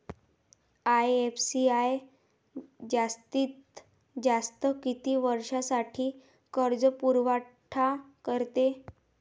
IFCI जास्तीत जास्त किती वर्षासाठी कर्जपुरवठा करते?